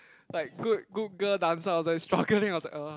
like good good girl dancer I was like struggling I was like uh